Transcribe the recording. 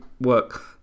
work